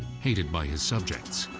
hated by his subjects.